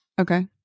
Okay